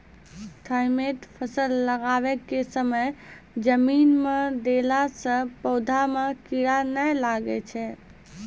Thimet फ़सल लगाबै के समय जमीन मे देला से पौधा मे कीड़ा नैय लागै छै?